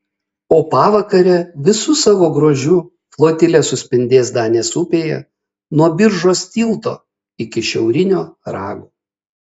o pavakare visu savo grožiu flotilė suspindės danės upėje nuo biržos tilto iki šiaurinio rago